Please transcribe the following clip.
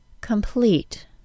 complete